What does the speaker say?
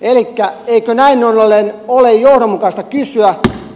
elikkä eikö näin ollen ole johdonmukaista kysyä